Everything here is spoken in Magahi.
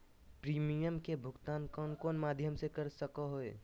प्रिमियम के भुक्तान कौन कौन माध्यम से कर सको है?